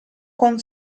con